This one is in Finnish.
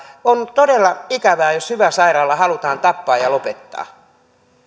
on todella ikävää jos hyvä sairaala halutaan tappaa ja lopettaa